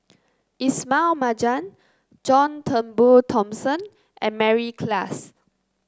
Ismail Marjan John Turnbull Thomson and Mary Klass